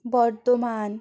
বর্তমান